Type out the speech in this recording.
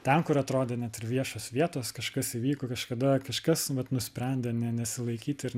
ten kur atrodė net ir viešos vietos kažkas įvyko kažkada kažkas vat nusprendė ne nesilaikyt ir